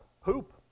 hoop